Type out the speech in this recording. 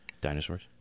Dinosaurs